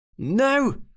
No